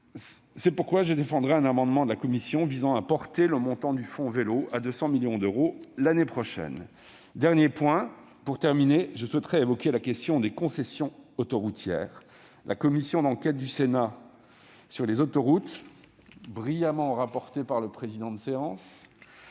raison pour laquelle je défendrai un amendement de la commission visant à porter le montant du « fonds vélo » à 200 millions d'euros l'année prochaine. Quatrièmement, je souhaite évoquer la question des concessions autoroutières. La commission d'enquête du Sénat sur les autoroutes, dont notre président de séance